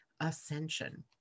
ascension